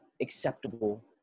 acceptable